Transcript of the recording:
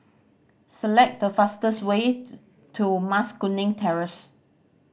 select the fastest way to Mas Kuning Terrace